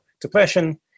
depression